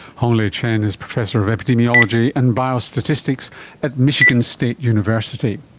honglei chen is professor of epidemiology and biostatistics at michigan state university.